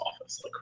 office